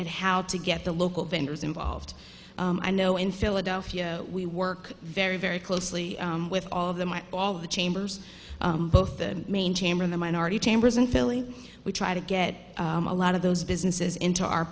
at how to get the local vendors involved i know in philadelphia we work very very closely with all of them at all of the chambers both the main chamber in the minority chambers in philly we try to get a lot of those businesses into our